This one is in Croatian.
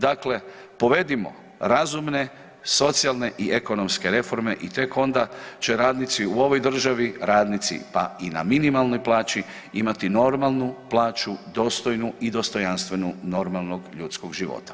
Dakle, provedimo razumne, socijalne i ekonomske reforme i tek onda će radnici u ovoj državi, radnici, pa i na minimalnoj plaći imati normalnu plaću, dostojnu i dostojanstvenu normalnog ljudskog života.